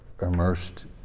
immersed